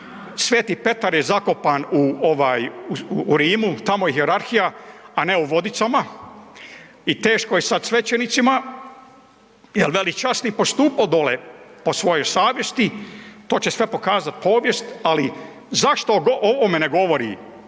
Sv. Petar je zakopan u ovaj u Rimu tamo je hijerarhija, a ne u Vodicama i teško je sad svećenicima, jel velečasni postupao dole po svojoj savjesti to će sve pokazati povijest, ali zašto o ovome ne govori